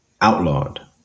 outlawed